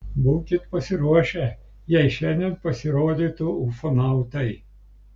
būkit pasiruošę jei šiandien pasirodytų ufonautai